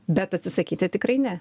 bet atsisakyti tikrai ne